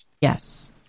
Yes